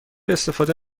استفاده